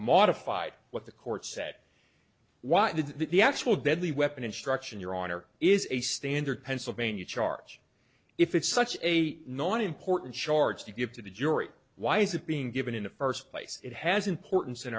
modified what the court said why did the actual deadly weapon instruction you're on or is a standard pennsylvania charge if it's such a noise important charge to give to the jury why is it being given in the first place it has importance in